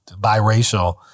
biracial